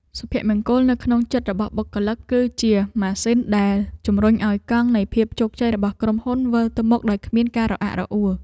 សុភមង្គលនៅក្នុងចិត្តរបស់បុគ្គលិក គឺជាម៉ាស៊ីនដែលជំរុញឱ្យកង់នៃភាពជោគជ័យរបស់ក្រុមហ៊ុនវិលទៅមុខដោយគ្មានការរអាក់រអួល។